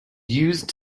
used